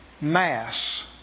mass